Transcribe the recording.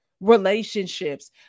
relationships